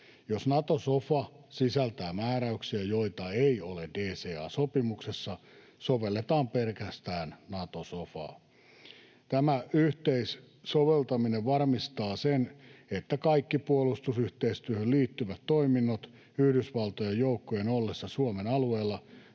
Jos Nato-sofa sisältää määräyksiä, joita ei ole DCA-sopimuksessa, sovelletaan pelkästään Nato-sofaa. Tämä yhteissoveltaminen varmistaa sen, että kaikki puolustusyhteistyöhön liittyvät toiminnot Yhdysvaltojen joukkojen ollessa Suomen alueella